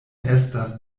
estas